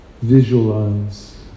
visualize